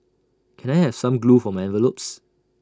can I have some glue for my envelopes